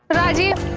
rajeev.